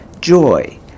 Joy